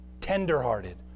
tenderhearted